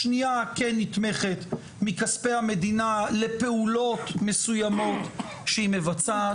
השנייה כן נתמכת מכספי המדינה לפעולות מסוימות שהיא מבצעת.